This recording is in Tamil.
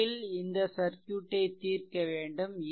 முதலில் இந்த சர்க்யூட்டை தீர்க்க வேண்டும்